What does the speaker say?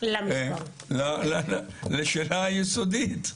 לשאלה היסודית,